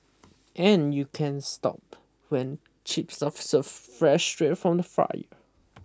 and you can't stop when chips are for served fresh straight from the fryer